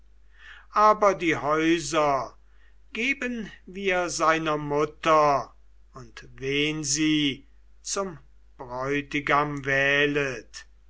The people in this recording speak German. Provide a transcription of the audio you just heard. aber die häuser geben wir seiner mutter und wen sie zum bräutigam wählet